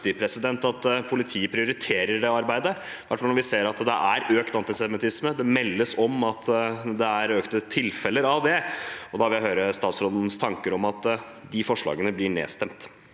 at politiet prioriterer det arbeidet, i hvert fall når vi ser at antisemittismen øker – det meldes om et økt antall tilfeller av det. Da vil jeg høre statsrådens tanker om at de forslagene blir nedstemt.